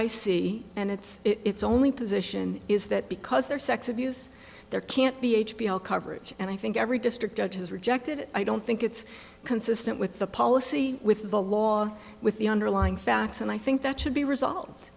see and it's it's only position is that because their sex abuse there can't be h b o coverage and i think every district judge has rejected i don't think it's consistent with the policy with the law with the underlying facts and i think that should be resolved